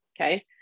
Okay